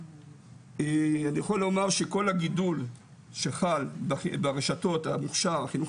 אני יכול לומר שכל הגידול שחל ברשתות המוכש"ר החינוך